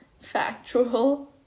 Factual